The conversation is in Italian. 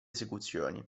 esecuzioni